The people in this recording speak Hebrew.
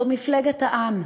זאת מפלגת העם,